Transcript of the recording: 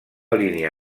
línia